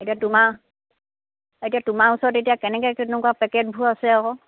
এতিয়া তোমাৰ এতিয়া তোমাৰ ওচৰত এতিয়া কেনেকৈ কেনেকুৱা পেকেটোবোৰ আছে আকৌ